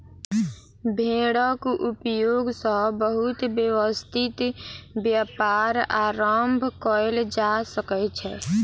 भेड़क उपयोग सॅ बहुत व्यवस्थित व्यापार आरम्भ कयल जा सकै छै